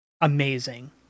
amazing